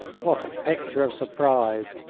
what a picture of surprise!